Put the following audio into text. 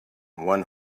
one